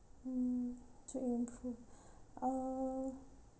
mm to improve um